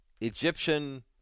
Egyptian